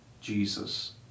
Jesus